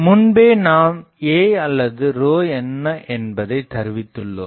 முன்பே நாம் a அல்லது என்ன என்பதை தருவித்துள்ளோம்